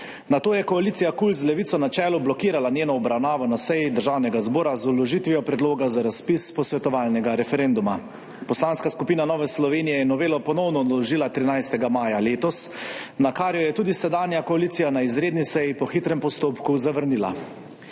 Nato je koalicija KUL z Levico na čelu blokirala njeno obravnavo na seji Državnega zbora z vložitvijo predloga za razpis posvetovalnega referenduma. Poslanska skupina Nova Slovenija je novelo ponovno vložila 13. maja letos, nakar jo je tudi sedanja koalicija na izredni seji zavrnila po hitrem postopku. Zanimivo,